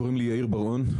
קוראים לי יאיר בר און.